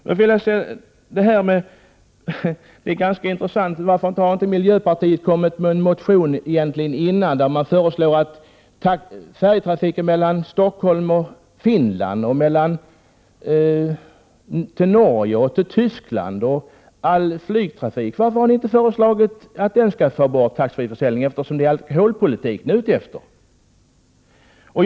Varför har inte miljöpartiet kommit med en motion om färjetrafiken mellan Stockholm och Finland och till Norge och Tyskland, liksom om all flygtrafik? Varför har ni inte föreslagit att den skattefria försäljningen skall bort i de sammanhangen, eftersom det ju är alkoholpolitiken som ni intresserar er för?